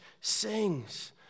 sings